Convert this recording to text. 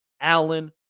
Allen